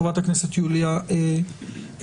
חברת הכנסת יוליה מלינובסקי.